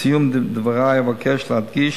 לסיום דברי אבקש להדגיש